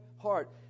heart